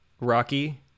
Rocky